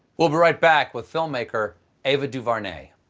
we'll be right back with filmmaker ava duvernay.